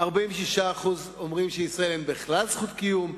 46% אומרים שלישראל אין בכלל זכות קיום,